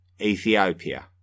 Ethiopia